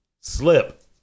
Slip